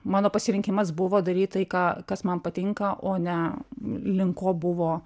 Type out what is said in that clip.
mano pasirinkimas buvo daryt tai ką kas man patinka o ne link ko buvo